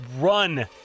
run